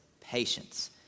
patience